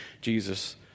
Jesus